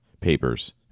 papers